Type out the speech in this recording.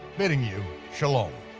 bidding you shalom,